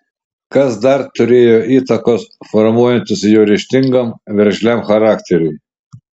kas dar turėjo įtakos formuojantis jo ryžtingam veržliam charakteriui